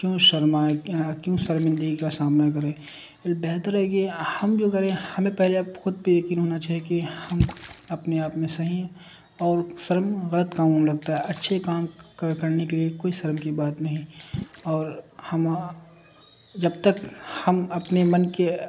کیوں شرما کیوں سرمندگی کا سامنا کرے بہتر ہے کہ ہم جو کریں ہمیں پہلےپ خود پہ یقین ہونا چاہیے کہ ہم اپنے آپ میں صحیح اور سرم غلط کامون لگتا ہے اچھے کام کرنے کے لیے کوئی سرم کی بات نہیں اور ہم جب تک ہم اپنے من کے